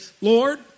Lord